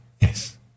Yes